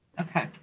Okay